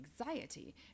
Anxiety